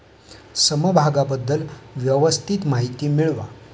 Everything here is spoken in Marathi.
समभागाबद्दल व्यवस्थित माहिती मिळवा